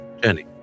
journey